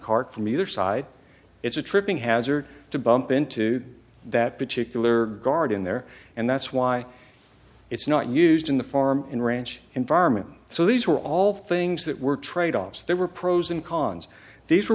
cart from either side it's a tripping hazard to bump into that particular guard in there and that's why it's not used in the farm and ranch environment so these were all things that were tradeoffs they were pros and cons these